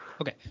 Okay